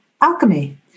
alchemy